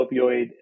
Opioid